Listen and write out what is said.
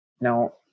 no